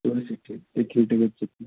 policy ఎట్ల ఉంటుంది చెప్పు